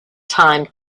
time